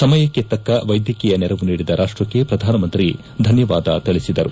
ಸಮಯಕ್ಕೆ ತಕ್ಕೆ ವೈದ್ಯಕೀಯ ನೆರವು ನೀಡಿದ ರಾಷ್ಟಕ್ಕೆ ಪ್ರಧಾನಮಂತ್ರಿ ಧನ್ಯವಾದ ತಿಳಿಸಿದರು